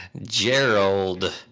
Gerald